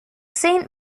saint